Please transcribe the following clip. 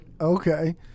Okay